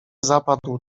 zapadł